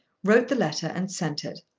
wrote the letter and sent it.